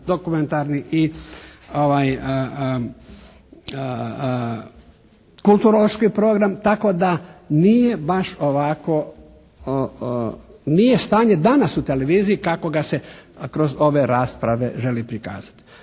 dokumentarni i kulturološki program tako da nije baš ovako, nije stanje danas u televiziji kako ga se kroz ove rasprave želi prikazati.